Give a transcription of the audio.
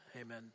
Amen